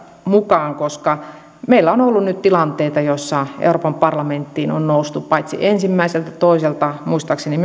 mukaan koska meillä on ollut nyt tilanteita joissa euroopan parlamenttiin on noustu paitsi ensimmäiseltä ja toiselta myös muistaakseni